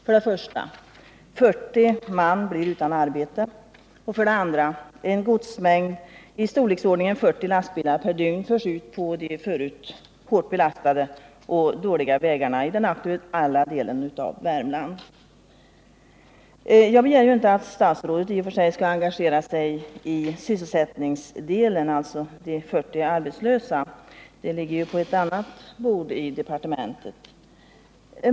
För det första blir 40 man utan arbete. För det andra förs en godsmängd i storleksordningen 40 lastbilar per dygn ut på de förut hårt belastade och dåliga vägarna i den aktuella delen av Värmland. Jag begär inte att statsrådet i och för sig skall engagera sig i sysselsättningsdelen av denna frågeställning. De 40 arbetslösa är ett problem som berör ett annat departement.